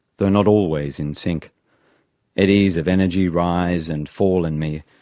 though not always in sync eddies of energy rise and fall in me,